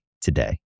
today